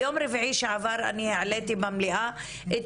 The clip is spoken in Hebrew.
ביום רביעי שעבר אני העליתי במליאה את